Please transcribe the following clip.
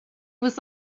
was